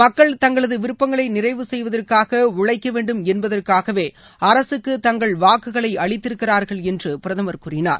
மக்கள் தங்களது விருப்பங்களை நிறைவு செய்வதற்காக உழைக்க வேண்டும் என்பதற்காகவே அரசுக்கு தங்கள் வாக்குகளை அளித்திருக்கிறார்கள் என்று பிரதமர் கூறிணார்